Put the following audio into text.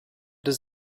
does